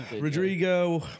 Rodrigo